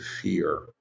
fear